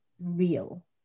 real